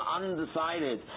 undecided